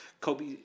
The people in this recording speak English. Kobe